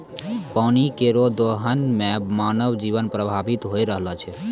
पानी केरो दोहन सें मानव जीवन प्रभावित होय रहलो छै